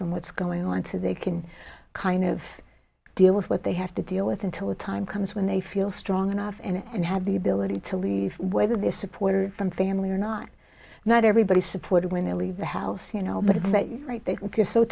from what's going on to they can kind of deal with what they have to deal with until the time comes when they feel strong enough and have the ability to leave whether they support or from family or not not everybody supported when they leave the house you know but it's that you're right they